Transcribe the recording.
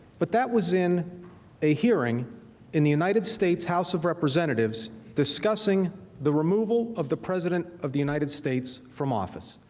but that was in a hearing in the united states house of representatives discussing the removal of the president of the united states from office.